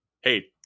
Hey